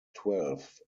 twelve